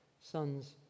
sons